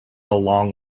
along